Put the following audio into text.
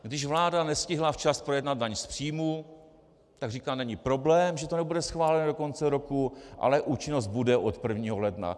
Když vláda nestihla včas projednat daň z příjmů, tak říkala: není problém, že to nebude schváleno do konce roku, ale účinnost bude od 1. ledna.